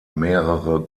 mehrere